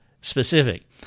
specific